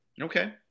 Okay